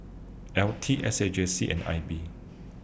L T S A J C and I B